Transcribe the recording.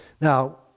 Now